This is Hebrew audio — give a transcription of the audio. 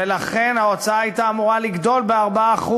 ולכן ההוצאה הייתה אמורה לגדול ב-4%.